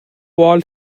wall